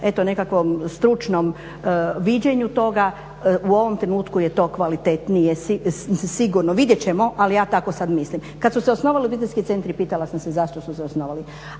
nekakvom stručnom viđenju toga u ovom trenutku je to kvalitetnije sigurno. Vidjet ćemo ali ja tako sada mislim. Kada su se osnovali obiteljski centri pitala sam se zašto su se osnovali,